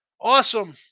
awesome